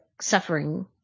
suffering